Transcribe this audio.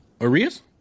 Arias